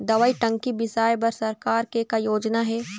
दवई टंकी बिसाए बर सरकार के का योजना हे?